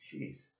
Jeez